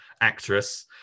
actress